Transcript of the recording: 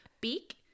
beak